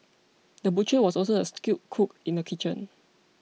the butcher was also a skilled cook in the kitchen